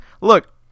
Look